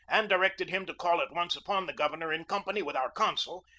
and directed him to call at once upon the governor in company with our consul,